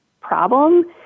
problem